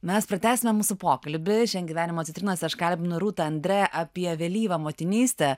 mes pratęsime mūsų pokalbį kalbinu rūta andre apie vėlyvą motinystę